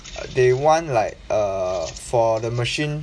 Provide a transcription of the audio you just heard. they want like err for the machine